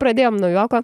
pradėjom nuo juoko